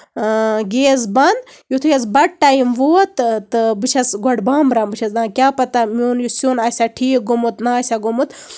gas بَند یِتھُے حظ بَتہٕ ٹایم ووت تہٕ بہٕ چھَس گۄڈٕ بامبران بہٕ چھَس دَپان کیاہ پَتہ میون یہِ سیُن آسیا ٹھیٖک گوٚمُت نہ آسیا گوٚمُت